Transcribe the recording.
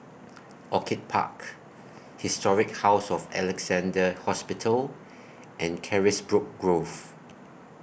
Orchid Park Historic House of Alexandra Hospital and Carisbrooke Grove